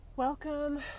Welcome